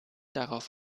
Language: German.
darauf